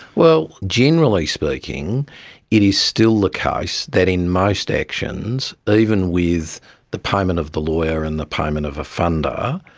well, generally speaking it is still the case that in most actions, even with the payment of the lawyer and the payment of a funder,